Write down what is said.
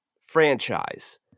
franchise